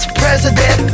president